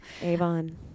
Avon